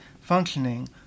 functioning